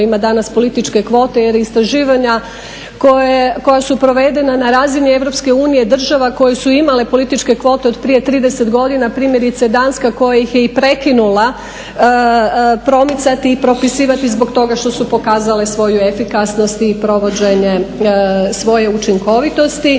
ima danas političke kvote jer istraživanja koja su provedena na razini EU država koje su imale političke kvote od prije 30 godina, primjerice Danska koja ih je i prekinula pomicati i propisivati zbog toga što su pokazale svoju efikasnost i provođenje svoje učinkovitosti.